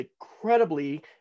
incredibly